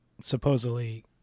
supposedly